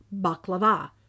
baklava